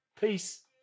Peace